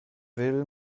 will